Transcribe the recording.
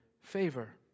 favor